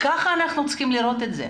כך אנחנו צריכים לראות את זה.